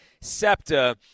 SEPTA